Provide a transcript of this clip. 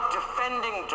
defending